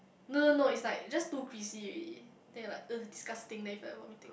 no no no it's like just too greasy already then you like !ugh! disgusting then you feel like vomiting